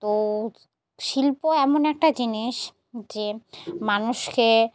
তো শিল্প এমন একটা জিনিস যে মানুষকে